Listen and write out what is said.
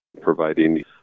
providing